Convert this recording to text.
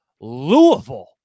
Louisville